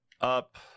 up